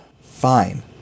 Fine